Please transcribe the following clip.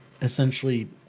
essentially